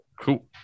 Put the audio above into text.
cool